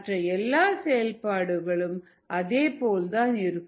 மற்ற எல்லா செயல்பாடுகளும் அதே போல் தான் இருக்கும்